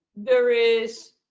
there is